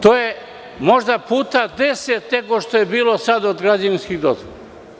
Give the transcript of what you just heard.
To je možda puta 10 nego što je bilo sada od građevinskih dozvola.